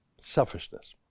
selfishness